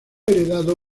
heredado